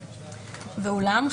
ואולם,